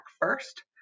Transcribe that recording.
first